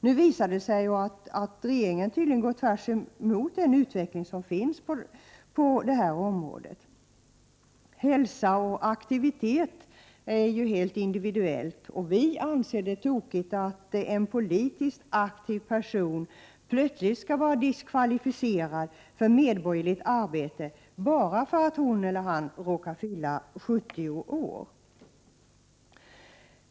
Nu visar det sig att regeringen tydligen går tvärtemot den utveckling som sker på detta område. Hälsa och aktivitet är helt individuellt. Vi anser det tokigt att en politiskt aktiv person plötsligt skall vara diskvalificerad för medborgerligt arbete bara för att hon eller han råkar fylla 70 år.